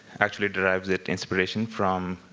actually derives that inspiration from